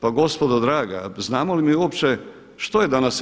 Pa gospodo draga, znamo li mi uopće što je danas EU?